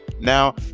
now